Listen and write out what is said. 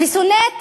ושונאת מה?